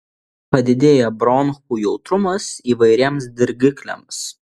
padidėja bronchų jautrumas įvairiems dirgikliams